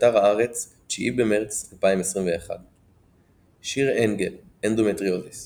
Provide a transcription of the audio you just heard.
באתר הארץ, 9 במרץ 2021 שיר אנגל, אנדומטריוזיס